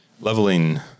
leveling